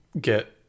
get